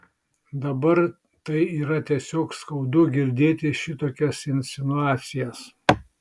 dabar tai yra tiesiog skaudu girdėt šitokias insinuacijas